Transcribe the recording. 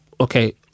Okay